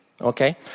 Okay